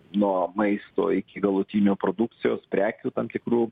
nuo maisto iki galutinių produkcijos prekių tam tikrų